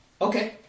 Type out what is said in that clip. Okay